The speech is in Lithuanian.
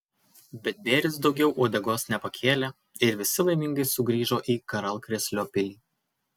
bet bėris daugiau uodegos nepakėlė ir visi laimingai sugrįžo į karalkrėslio pilį